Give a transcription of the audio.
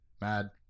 mad